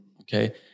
okay